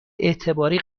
اعتباری